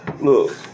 look